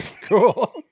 Cool